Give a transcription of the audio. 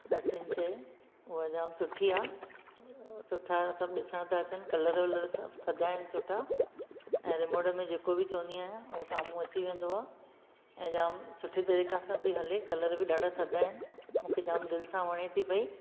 सठि इंच उहा जाम सुठी आहे सुठा सभु ॾिसण था अचनि कलर वलर सभु थधा आहिनि सुठा ऐं रिमोट में जेको बि चवंदी आहियां उहो साम्हूं अची वेंदो आहे ऐं जाम सुठी तरीक़े सां थी हले कलर बि ॾाढा थधा आहिनि मूंखे जाम दिलि सां वणे थी पई